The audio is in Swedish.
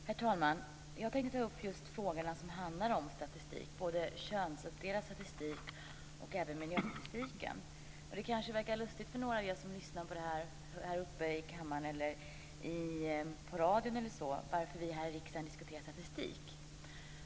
Herr talman! Jag tänker ta upp statistikfrågorna, både könsuppdelad statistik och miljöstatistik. Det kanske verkar lustigt för er som lyssnar på detta här i kammaren eller på radion att vi här i riksdagen diskuterar statistik.